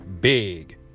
big